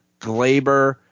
Glaber